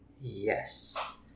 Yes